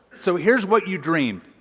so here's what you dreamed.